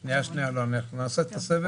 אני מציע למסות ג'נק פוד.